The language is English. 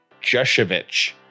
Jushevich